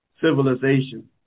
civilization